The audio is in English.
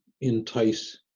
entice